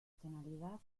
tonalidad